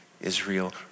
Israel